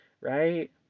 right